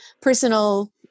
personal